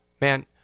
man